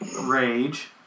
rage